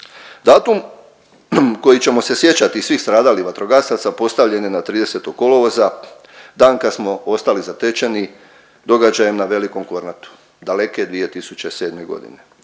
Datum koji ćemo se sjećati svih stradalih vatrogasaca postavljen je na 30. kolovoza, dan kad smo ostali zatečeni događajem na Velikom Kornatu, daleke 2007. g.